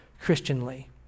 Christianly